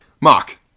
Mark